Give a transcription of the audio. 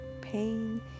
pain